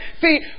see